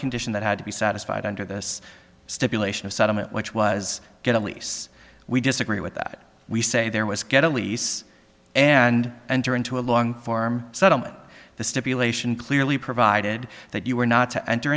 condition that had to be satisfied under this stipulation of settlement which was get a lease we disagree with that we say there was get a lease and enter into a long form settlement the stipulation clearly provided that you were not to enter